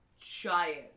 giant